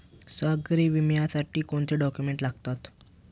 सागरी विम्यासाठी कोणते डॉक्युमेंट्स लागतात?